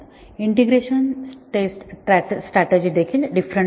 integration test strategy देखील different आहेत